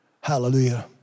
Hallelujah